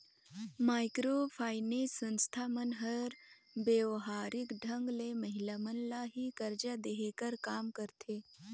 micro finance संस्था मन हर बेवहारिक ढंग ले महिला मन ल ही करजा देहे कर काम करथे